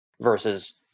versus